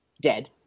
dead